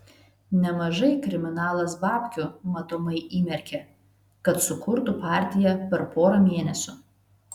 nemažai kriminalas babkių matomai įmerkė kad sukurtų partiją per porą mėnesių